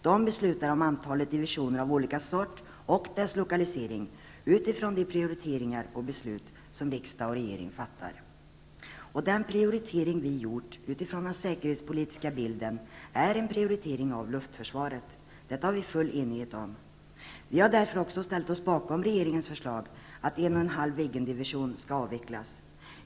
De beslutar om antalet divisioner av olika sort och deras lokalisering utifrån de prioriteringar och beslut som riksdag och regering fattar. Den prioritering vi har gjort utifrån den säkerhetspolitiska bilden är en prioritering av luftförsvaret. Detta är vi fullt eniga om. Vi har därför också ställt oss bakom regeringens förslag att en och en halv Viggendivision skall avvecklas.